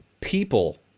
People